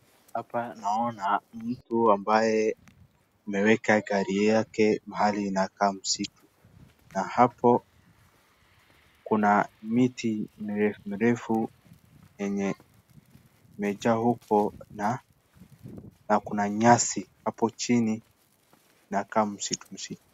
Hapa naona mtu ambaye ameweka gari yake mahali inakaa msuti ,na hapo kuna miti mirefu mirefu yenye imejaa huko na kuna nyasi hapo chini inakaa msitu msitu.